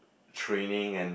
training and